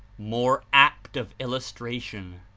more apt of illustration,